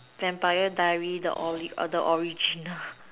Vampire diary the ori the original